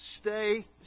stay